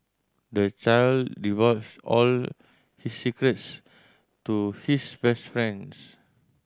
the child divulged all his secrets to his best friends